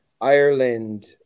Ireland